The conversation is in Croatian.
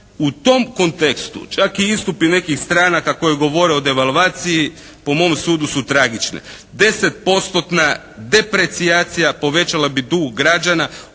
U tom kontekstu čak i istupi nekih stranaka koji govore o devalvaciji po mom sudu su tragične. 10 postotna deprecijacija povećala bi dug građana